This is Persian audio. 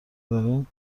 دارین